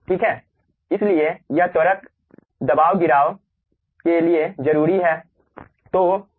ठीक है इसलिए यह त्वरक दबाव गिराव के लिए जरूरी है ठीक है